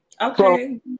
Okay